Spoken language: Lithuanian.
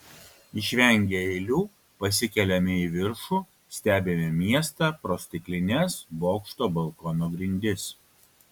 išvengę eilių pasikeliame į viršų stebime miestą pro stiklines bokšto balkono grindis